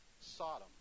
Sodom